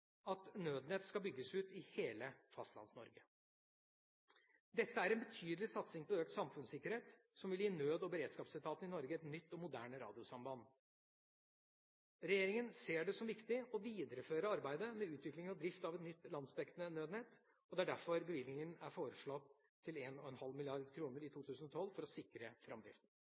at Nødnett skal bygges ut i hele Fastlands-Norge. Dette er en betydelig satsing på økt samfunnssikkerhet som vil gi nød- og beredskapsetaten i Norge et nytt og moderne radiosamband. Regjeringa ser det som viktig å videreføre arbeidet med utvikling og drift av et nytt landsdekkende nødnett. Det er derfor bevilgningen er foreslått til 1,5 mrd. kr i 2012, for å sikre framdriften.